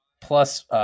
plus